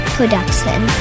Production